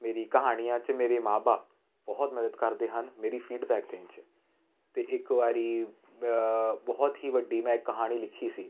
ਮੇਰੀ ਕਹਾਣੀਆਂ 'ਚ ਮੇਰੀ ਮਾਂ ਬਾਪ ਬਹੁਤ ਮਦਦ ਕਰਦੇ ਹਨ ਮੇਰੀ ਫੀਡਬੈਕ ਦੇਣ 'ਚ ਅਤੇ ਇੱਕ ਵਾਰੀ ਬਹੁਤ ਹੀ ਵੱਡੀ ਮੈਂ ਇੱਕ ਕਹਾਣੀ ਲਿਖੀ ਸੀ